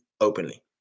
openly